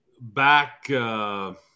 back –